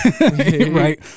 Right